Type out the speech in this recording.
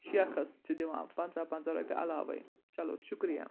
شیخس چھِ دِوان پَنژاہ پنٛژاہ رۄپیہِ علاوَے چلو شُکریہ